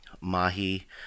mahi